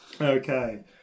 Okay